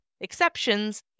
exceptions